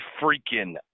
freaking